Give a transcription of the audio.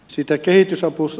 siitä kehitysavusta